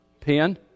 pen